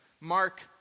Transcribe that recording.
Mark